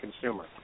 consumer